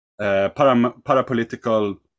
parapolitical